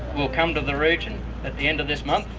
will come to the region at the end of this month,